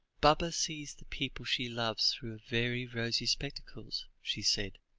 baba sees the people she loves through very rosy spectacles, she said,